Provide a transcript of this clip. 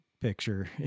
picture